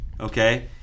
okay